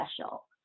special